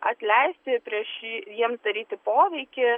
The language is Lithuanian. atleisti prieš jiems daryti poveikį